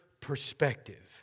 perspective